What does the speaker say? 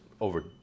over